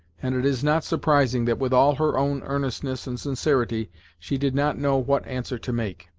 and it is not surprising that with all her own earnestness and sincerity she did not know what answer to make.